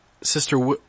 Sister